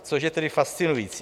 Což je tedy fascinující.